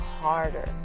harder